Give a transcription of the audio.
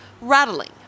rattling